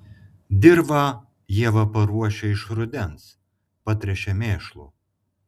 dirvą ieva paruošia iš rudens patręšia mėšlu